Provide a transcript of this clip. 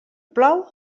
plou